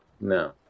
No